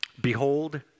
behold